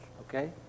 Okay